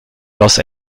los